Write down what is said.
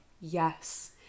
Yes